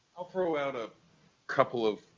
i'll throw out a couple of